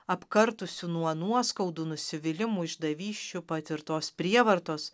apkartusių nuo nuoskaudų nusivylimų išdavysčių patirtos prievartos